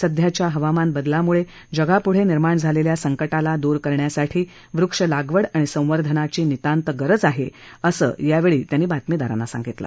सध्याच्या हवामान बदलामुळे जगापुढे निर्माण झालेल्या संकटाला दूर करण्यासाठी वृक्ष लागवड आणि संर्वधनांची नितांत गरज आहे असं त्यांनी यावेळी बातमीदारांना सांगितलं